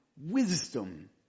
wisdom